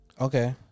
Okay